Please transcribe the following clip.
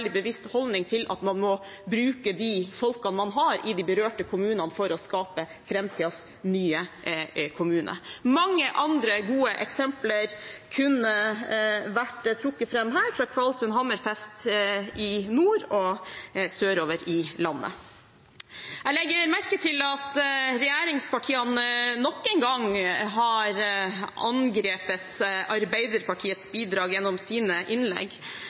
bevisst holdning til at man må bruke de folkene man har i de berørte kommunene, for å skape framtidens nye kommuner. Mange andre gode eksempler kunne vært trukket fram her, fra Kvalsund/Hammerfest i nord og sørover i landet. Jeg legger merke til at regjeringspartiene nok en gang har angrepet Arbeiderpartiets bidrag gjennom sine innlegg.